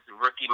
rookie